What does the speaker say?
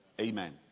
Amen